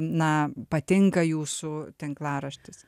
na patinka jūsų tinklaraštis